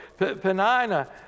Penina